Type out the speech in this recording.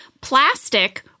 plastic